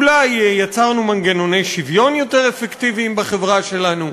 אולי יצרנו מנגנוני שוויון יותר אפקטיביים בחברה שלנו?